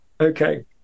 Okay